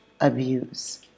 abuse